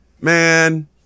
man